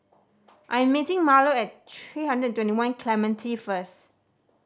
I am meeting Marlo at three hundred and twenty one Clementi first